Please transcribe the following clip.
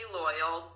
loyal